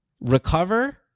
recover